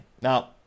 Now